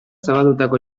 zabaldutako